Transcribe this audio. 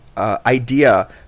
Idea